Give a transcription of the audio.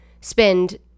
spend